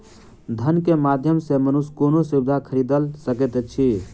धन के माध्यम सॅ मनुष्य कोनो सुविधा खरीदल सकैत अछि